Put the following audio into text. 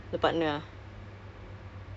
no lah it's not like I don't like it's just